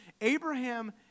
Abraham